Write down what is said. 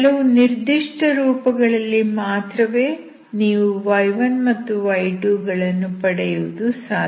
ಕೆಲವು ನಿರ್ದಿಷ್ಟ ರೂಪಗಳಲ್ಲಿ ಮಾತ್ರವೇ ನೀವು y1 ಮತ್ತು y2 ಗಳನ್ನು ಪಡೆಯುವುದು ಸಾಧ್ಯ